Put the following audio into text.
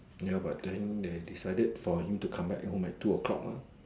ya but then it's like that for him to come back home at two o-clock lah